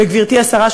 וגברתי השרה,